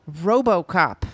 Robocop